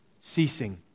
ceasing